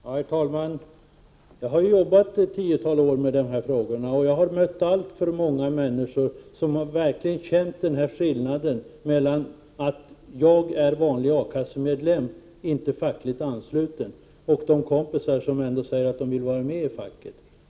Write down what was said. Herr talman! Jag har under ett tiotal år jobbat med de här frågorna, och jag har mött alltför många människor som verkligen har känt skillnaden mellan en vanlig A-kassemedlem — inte fackligt ansluten — och de kompisar som säger att de vill vara med i facket.